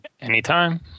Anytime